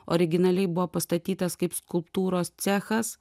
originaliai buvo pastatytas kaip skulptūros cechas